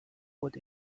would